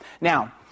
Now